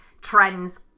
Trends